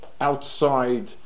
outside